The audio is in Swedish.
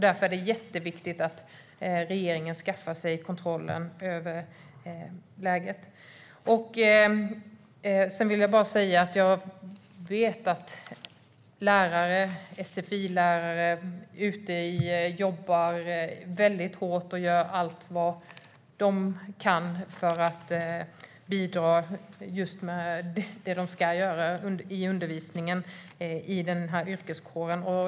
Därför är det jätteviktigt att regeringen skaffar sig kontroll över läget. Jag vet att sfi-lärare jobbar väldigt hårt och gör allt vad de kan för att bidra med det som de ska göra i undervisningen i yrkeskåren.